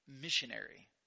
missionary